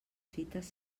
fites